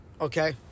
Okay